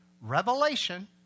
revelation